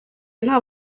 nta